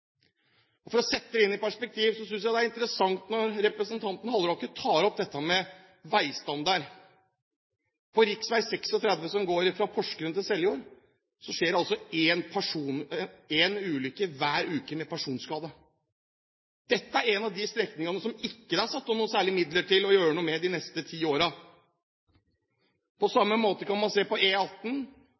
hjemfylke. For å sette det inn i perspektiv synes jeg det er interessant når representanten Halleraker tar opp dette med veistandard. På rv. 36, som går fra Porsgrunn til Seljord, skjer det én ulykke hver uke med personskade. Dette er en av de strekningene som det ikke er satt av noe særlig midler til å gjøre noe med de neste ti årene. På samme måte kan man se på